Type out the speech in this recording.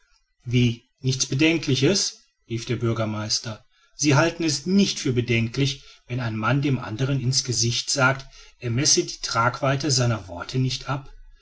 wie nichts bedenkliches rief der bürgermeister sie halten es nicht für bedenklich wenn ein mann dem andern in's gesicht sagt er messe die tragweite seiner worte nicht ab